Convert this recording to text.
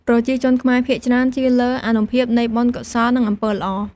ប្រជាជនខ្មែរភាគច្រើនជឿលើអានុភាពនៃបុណ្យកុសល និងអំពើល្អ។